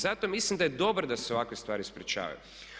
Zato mislim da je dobro da se ovakve stvari sprječavaju.